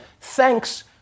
thanks